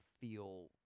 feel